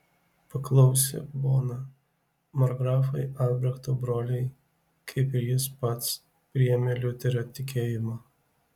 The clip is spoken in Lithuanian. paklausė bona markgrafai albrechto broliai kaip ir jis pats priėmė liuterio tikėjimą